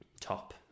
top